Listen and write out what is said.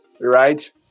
Right